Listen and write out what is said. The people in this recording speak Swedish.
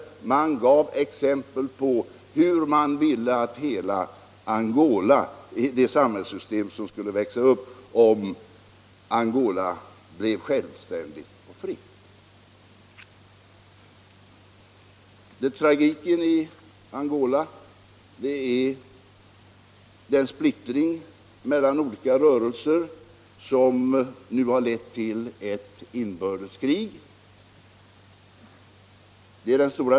Man gav exempel på hur man ville att det samhällssystem skulle se ut som skulle växa upp om hela Angola blev självständigt och fritt. Den stora tragiken i Angola är den splittring mellan olika rörelser som nu har lett till ett inbördeskrig.